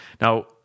Now